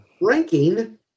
ranking